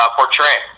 portray